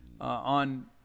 on